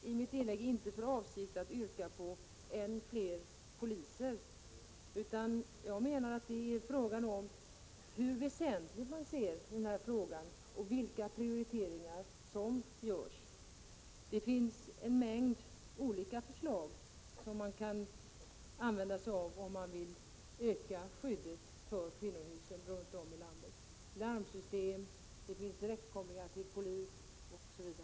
Herr talman! Jag har inte för avsikt att yrka på än fler poliser, utan jag menar att det här gäller hur väsentlig man anser frågan vara och vilka prioriteringar som görs. Det finns en mängd olika metoder som man kan använda, om man vill öka skyddet för kvinnohusen runt om i landet: larmsystem, direktkoppling till polisen osv.